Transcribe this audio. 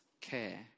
care